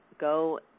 go